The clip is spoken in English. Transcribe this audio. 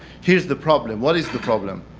here is the problem. what is the problem?